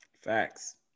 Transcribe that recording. Facts